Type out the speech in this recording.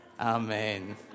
amen